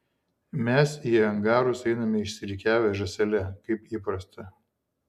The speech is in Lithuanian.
mes į angarus einame išsirikiavę žąsele kaip įprasta